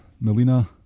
Melina